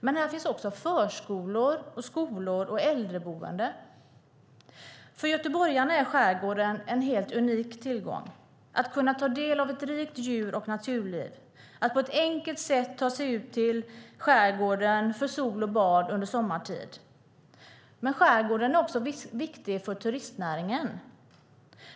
Men här finns också förskolor, skolor och äldreboenden. För göteborgarna är skärgården en helt unik tillgång, där man kan ta del av ett rikt djur och naturliv och på ett enkelt sätt ta sig ut till skärgården för sol och bad under sommartid. Skärgården är också viktig för turistnäringen.